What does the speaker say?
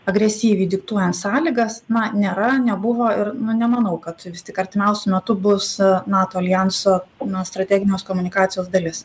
agresyviai diktuojant sąlygas na nėra nebuvo ir nu nemanau kad vis tik artimiausiu metu bus nato aljanso na strateginės komunikacijos dalis